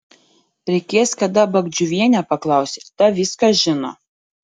reikės kada bagdžiuvienę paklausti ta viską žino